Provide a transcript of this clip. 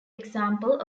example